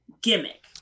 gimmick